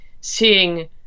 seeing